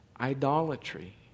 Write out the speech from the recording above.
idolatry